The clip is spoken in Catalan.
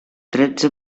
tretze